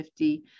50